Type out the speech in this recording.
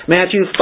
Matthew